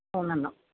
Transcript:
മൂന്നെണ്ണം